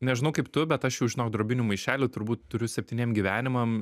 nežinau kaip tu bet aš jau žinok drobinių maišelių turbūt turiu septyniem gyvenimam